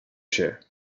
się